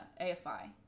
AFI